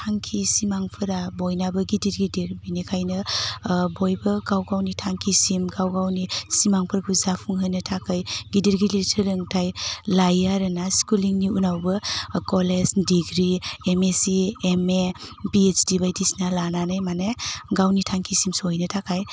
थांखि सिमांफोरा बयनाबो गिदिर गिदिर बिनिखायनो बयबो गाव गावनि थांखिसिम गाव गावनि सिमांफोरबो जाफुंहोनो थाखाय गिदिर गिदिर सोलोंथाइ लायो आरो ना स्कुलिंनि उनावबो कलेज डिग्रि एमएसि एमएम बिएसि बायदिसिना लानानै माने गावनि थांखिसिम सहैनो थाखाय